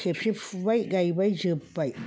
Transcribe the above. खेबसे फुबाय गायबाय जोब्बाय